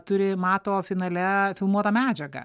turi mato finale filmuotą medžiagą